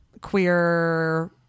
queer